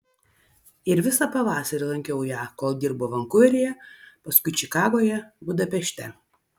ir visą pavasarį lankiau ją kol dirbo vankuveryje paskui čikagoje budapešte